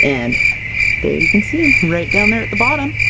and there you can see, right down there at the bottom